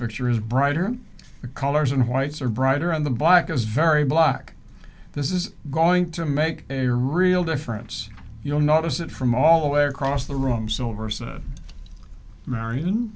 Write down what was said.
picture is brighter colors and whites are brighter on the black is very black this is going to make a real difference you'll notice it from all across the room so versa marion